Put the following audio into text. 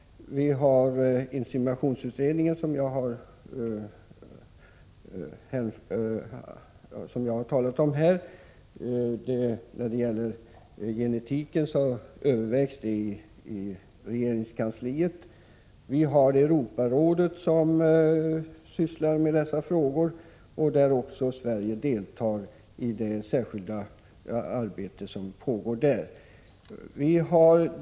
Inseminationsutredningen har jag redan talat om, och gen-etiken övervägs i regeringskansliet. Europarådet sysslar också med dessa frågor, och Sverige deltar i det särskilda arbete som pågår där.